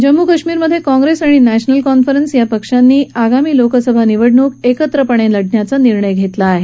जम्मू कश्मीरमधे काँग्रेस आणि नॅशनल कॉन्फ्ररन्स पक्षानं आगामी लोकसभा निवडणूक एकत्रित लढण्याचं निर्णय घेतला आहे